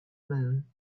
moon